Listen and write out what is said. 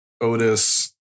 otis